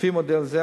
לפי מודל זה,